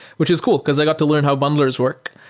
which is cool, because i got to learn how bundlers work.